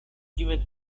given